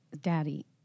Daddy